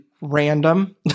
random